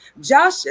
Josh